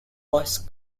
was